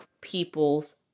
people's